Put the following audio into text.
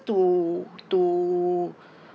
to to